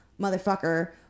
motherfucker